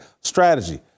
strategy